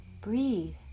Breathe